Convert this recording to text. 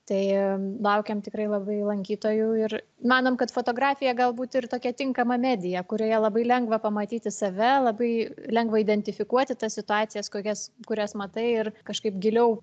tai laukiam tikrai labai lankytojų ir manom kad fotografija galbūt ir tokia tinkama medija kurioje labai lengva pamatyti save labai lengva identifikuoti tas situacijas kokias kurias matai ir kažkaip giliau